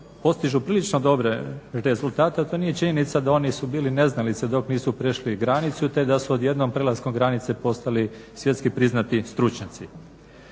postižu prilično dobre rezultate ali to nije činjenica da oni su bili neznalice dok nisu prešli granicu te da su odjednom prelaskom granice postali svjetski priznati stručnjaci.